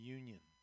union